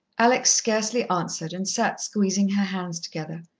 alex scarcely answered, and sat squeezing her hands together.